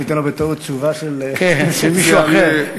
שלא תיתן לו בטעות תשובה של מישהו אחר.